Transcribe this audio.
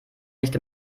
nicht